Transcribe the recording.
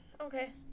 Okay